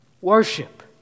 worship